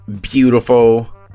beautiful